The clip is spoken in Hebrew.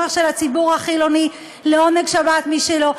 אחד לבין הצורך של הציבור החילוני לעונג שבת משלו?